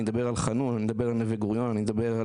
אני מדבר על חנון אני מדבר על נווה גוריון אני מדבר על